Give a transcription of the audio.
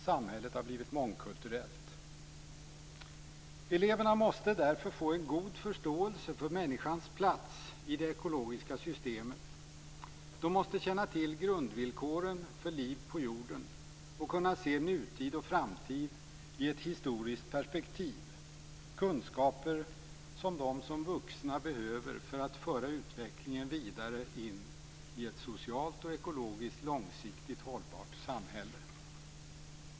Samhället har blivit mångkulturellt. Eleverna måste därför få en god förståelse för människans plats i det ekologiska systemet. De måste känna till grundvillkoren för liv på jorden och kunna se nutid och framtid i ett historiskt perspektiv - kunskaper som de som vuxna behöver för att föra utvecklingen vidare in i ett socialt och ekologiskt långsiktigt hållbart samhälle.